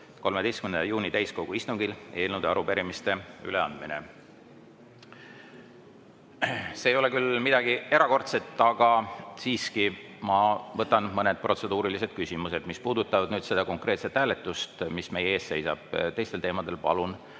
13. juuni täiskogu istungil eelnõude ja arupärimiste üleandmine. See ei ole küll midagi erakordset, aga ma siiski võtan mõned protseduurilised küsimused, mis puudutavad seda konkreetset hääletust, mis meie ees seisab. Teistel teemadel palun